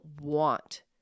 want